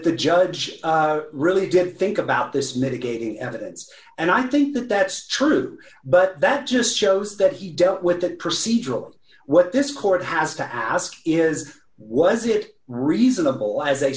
the judge really did think about this mitigating evidence and i think that that's true but that just shows that he dealt with that procedural what this court has to ask is was it reasonable